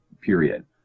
period